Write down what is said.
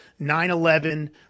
9-11